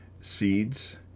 Seeds